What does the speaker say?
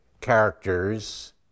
characters